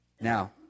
Now